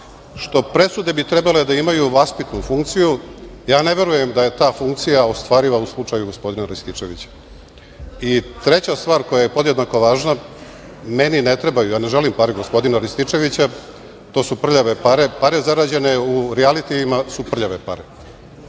što presude bi trebale da imaju vaspitnu funkciju. Ja ne verujem da je ta funkcija ostvariva u slučaju gospodina Rističevića. Treća stvar koja je podjednako važna, meni ne trebaju pare, ja ne želim pare gospodina Rističevića, to su prljave pare, pare zarađene u rijatijima su prljave